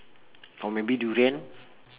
or maybe durian